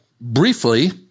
Briefly